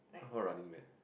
how about Running-Man